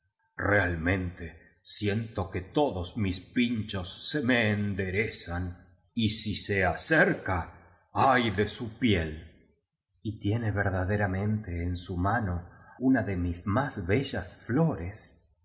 realmente siento que to dos mis pinchos se me enderezan y si se acerca ay de su piel y tiene verdaderamente en su mano una de mis más bellas floresexclamó